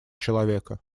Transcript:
человека